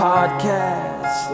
Podcast